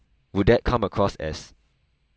would that come across as